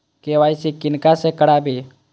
KYC किनका से कराबी?